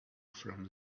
from